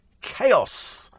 chaos